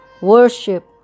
worship